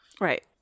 Right